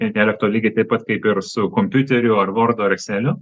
intelekto lygiai taip pat kaip ir su kompiuteriu ar vordu ar ekseliu